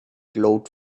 glowed